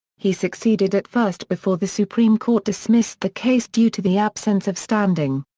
he succeeded at first before the supreme court dismissed the case due to the absence of standing.